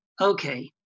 okay